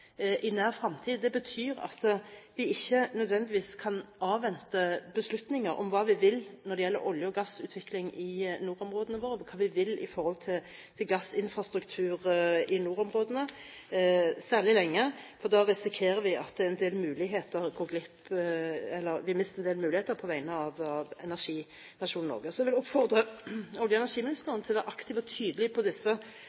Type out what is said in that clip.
i nær fremtid. Det betyr at vi ikke nødvendigvis kan avvente beslutninger om hva vi vil når det gjelder olje- og gassutvikling i nordområdene våre, og hva vi vil når det gjelder gassinfrastruktur i nordområdene, særlig lenge, for da risikerer vi at vi mister en del muligheter på vegne av energinasjonen Norge. Jeg vil oppfordre olje- og